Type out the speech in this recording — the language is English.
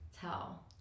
Tell